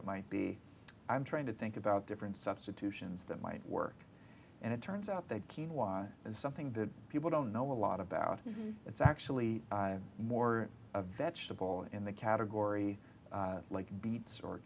it might be i'm trying to think about different substitutions that might work and it turns out that keen y is something that people don't know a lot about it's actually more a vegetable in the category like beets or